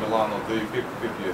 milano tai kaip kaip jie